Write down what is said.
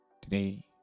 today